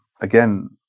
again